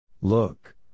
Look